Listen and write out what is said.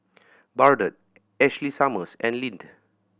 Bardot Ashley Summers and Lindt